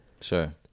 sure